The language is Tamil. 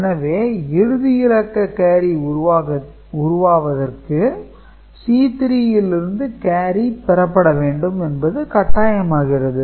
எனவே இறுதி இலக்க கேரி உருவாவதற்கு C3 லிருந்து கேரி பெறப்பட வேண்டும் என்பது கட்டாயமாகிறது